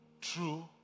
true